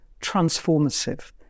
transformative